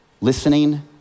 listening